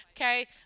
Okay